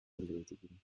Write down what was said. erledigen